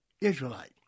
Israelite